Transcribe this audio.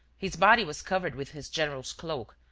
his body was covered with his general's cloak,